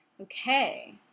Okay